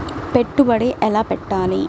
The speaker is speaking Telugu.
పెట్టుబడి ఎలా పెట్టాలి?